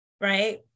right